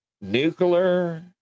nuclear